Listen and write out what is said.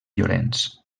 llorenç